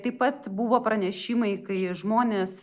taip pat buvo pranešimai kai žmonės